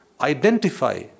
Identify